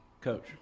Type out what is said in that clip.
Coach